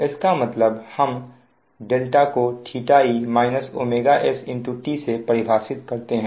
इसका मतलब हम δ को e st से परिभाषित करते हैं